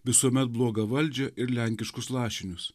visuomet blogą valdžią ir lenkiškus lašinius